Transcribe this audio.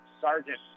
Sergeant